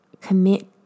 commit